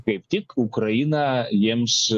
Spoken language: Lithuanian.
kaip tik ukraina jiems